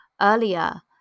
earlier